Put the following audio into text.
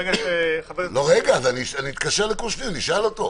אני אתקשר לקושניר ואשאל אותו.